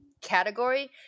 category